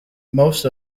most